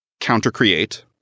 counter-create